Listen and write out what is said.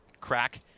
crack